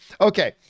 Okay